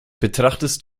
betrachtest